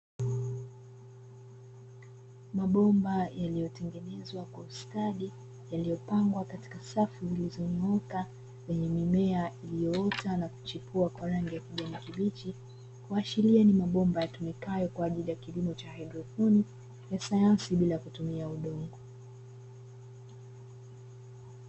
Mabomba yaliyotengenezwa kwa ustadi yaliyopangwa katika safu zilizonyooka, yenye mimea iliyoota na kuchipua kwa rangi ya kijani kibichi, kuashiria ni mabomba yatumikayo kwa ajili ya kilimo cha hidroponi ya sayansi bila kutumia udongo.